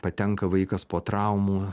patenka vaikas po traumų